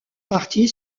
partie